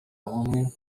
umwe